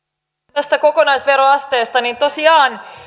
tästä kokonaisveroasteesta tosiaan